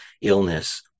illness